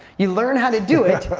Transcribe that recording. you learn how to do it,